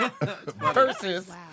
versus